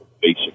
basic